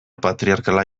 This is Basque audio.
patriarkala